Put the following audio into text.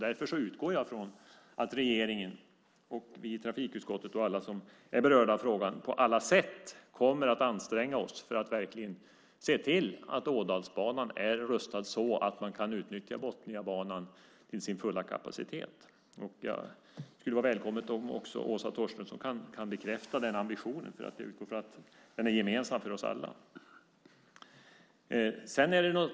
Därför utgår jag från att regeringen, vi i trafikutskottet och alla andra som är berörda av frågan på alla sätt anstränger sig för att verkligen se till att Ådalsbanan rustas så att Botniabanan kan nyttjas till sin fulla kapacitet. Det skulle vara välkommet om också Åsa Torstensson kunde bekräfta den ambitionen som jag utgår från är gemensam för oss alla.